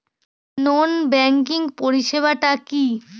নন banking পরিষেবা টা কি?